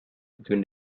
between